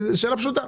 זאת שאלה פשוטה.